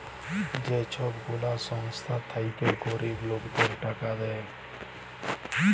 যে ছব গুলা সংস্থা থ্যাইকে গরিব লকদের টাকা দেয়